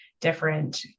different